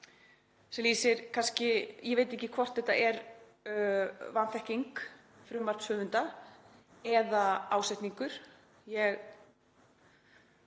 sem lýsir kannski — ég veit ekki hvort þetta er vanþekking frumvarpshöfunda eða ásetningur. Ég